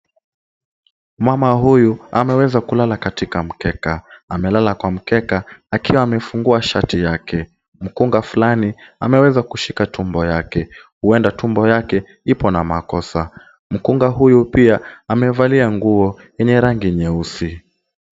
Mama huyu ameweza kulala katika mkeka. Amelala kwa mkeka akiwa amefungua shati lake. Mkunga fulani ameweza kushika tumbo lake. Huenda tumbo lake lipo na makosa. Mkunga huyu pia amevalia nguo yenye rangi nyeusi.